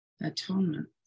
atonement